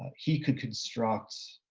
he could construct